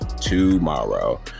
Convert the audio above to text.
Tomorrow